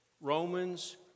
Romans